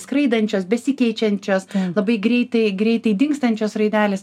skraidančios besikeičiančios labai greitai greitai dingstančios raidelės